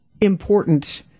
important